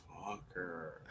fucker